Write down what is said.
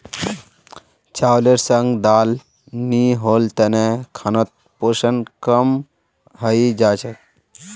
चावलेर संग दाल नी होल तने खानोत पोषण कम हई जा छेक